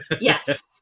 yes